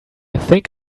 think